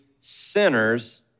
sinners